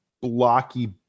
blocky